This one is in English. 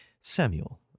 Samuel